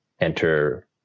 enter